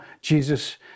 Jesus